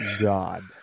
god